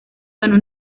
ganó